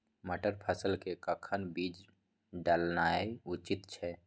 मटर फसल के कखन बीज डालनाय उचित छै?